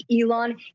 Elon